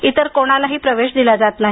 इतर कोणालाही प्रवेश दिला जात नाही